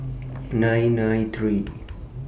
nine nine three